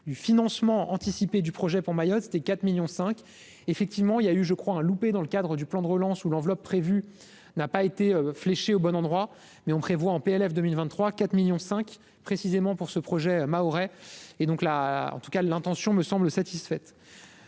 du financement anticipée du projet pour Mayotte, c'était quatre millions cinq effectivement il y a eu je crois un loupé dans le cadre du plan de relance ou l'enveloppe prévue n'a pas été fléché au bon endroit, mais on prévoit en PLF 2023 4 millions cinq précisément pour ce projet mahorais et donc là en tout cas l'intention me semble satisfaite,